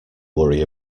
worry